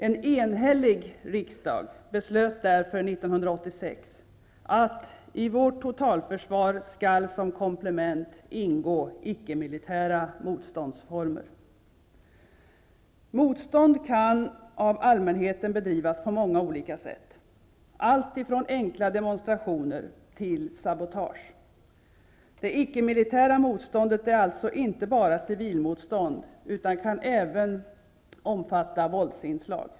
En enhällig riksdag beslöt 1986 att ''i vårt totalförsvar skall som komplement ingå ickemilitära motståndsformer.'' Motstånd kan av allmänheten bedrivas på många olika sätt, alltifrån enkla demonstrationer till sabotage. Det icke-militära motståndet är alltså inte bara civilmotstånd, utan kan även omfatta våldsinslag.